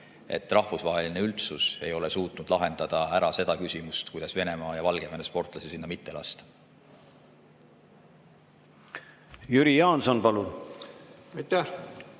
et rahvusvaheline üldsus ei ole suutnud lahendada küsimust, kuidas Venemaa ja Valgevene sportlasi sinna mitte lasta. Ma ei saa